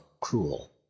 cruel